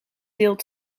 deelt